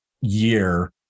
year